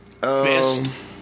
best